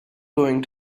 going